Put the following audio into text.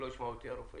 שלא ישמע אותי הרופא